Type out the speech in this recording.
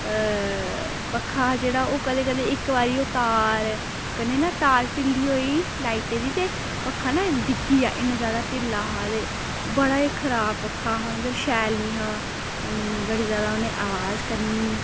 पक्खा हा जेह्ड़ा ओह् कदें कदें इक बारी ओह् तार कन्नै ना तार ढिल्ली होई लाइटें दी ते पक्खा ना डिग्गी गेआ इन्ना जैदा ढिल्ला हा ते बड़ा गै खराब पक्खा हा मतलब कि शैल नि हा बड़ी जैदा उन्नै अवाज करनी